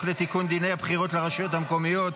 לתיקון דיני הבחירות לרשויות המקומיות